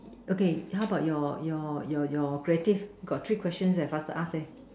okay how about your your your your creative got three question eh faster ask leh